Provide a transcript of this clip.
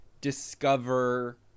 discover